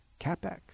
CapEx